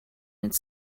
its